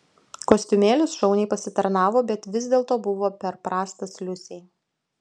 kostiumėlis šauniai pasitarnavo bet vis dėlto buvo per prastas liusei